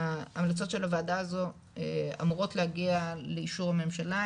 ההמלצות של הוועדה הזאת אמורות להגיע לאישור ממשלה,